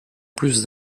plus